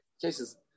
cases